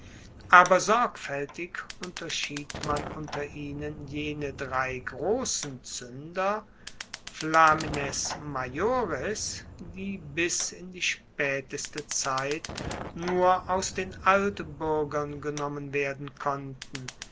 aber sorgfaeltig unterschied man unter ihnen jene drei grossen zuender flamines maiores die bis in die spaeteste zeit nur aus den altbuergern genommen werden konnten